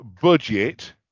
budget